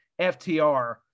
FTR –